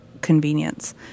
convenience